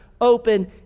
open